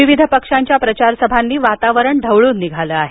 विविध पक्षांच्या प्रचारसभांनी वातावरण ढवळून निघालं आहे